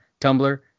Tumblr